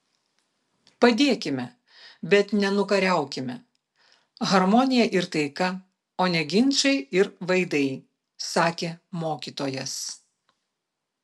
padėkime bet ne nukariaukime harmonija ir taika o ne ginčai ir vaidai sakė mokytojas